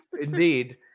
Indeed